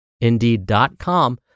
indeed.com